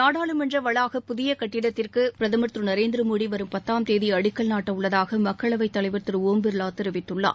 நாடாளுமன்ற வளாக புதிய கட்டிடத்திற்கு பிரதமர் திரு நரேந்திர மோடி வரும் பத்தாம் தேதி அடிக்கல் நாட்ட உள்ளதாக மக்களவைத் தலைவர் திரு ஓம் பிர்லா தெரிவித்துள்ளார்